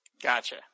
Gotcha